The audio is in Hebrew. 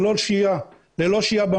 ללא שהייה במעברים,